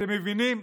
אתם מבינים?